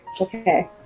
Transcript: Okay